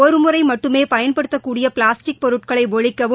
ஒருமுறை மட்டுமே பயன்படுத்தக்கூடிய பிளாஸ்டிக் பொருட்களை ஒழிக்கவும்